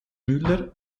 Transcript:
müller